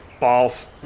Balls